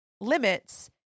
limits